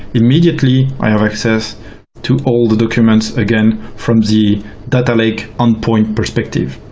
immediately i have access to all the documents again from the data lake endpoint perspective.